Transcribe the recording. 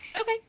Okay